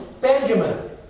Benjamin